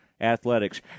athletics